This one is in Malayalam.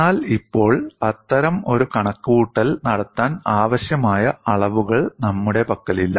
എന്നാൽ ഇപ്പോൾ അത്തരം ഒരു കണക്കുകൂട്ടൽ നടത്താൻ ആവശ്യമായ അളവുകൾ നമ്മുടെ പക്കലില്ല